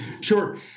Sure